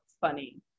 funny